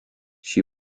she